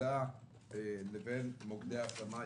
למידה לבין מוקדי השמה?